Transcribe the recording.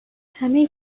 همه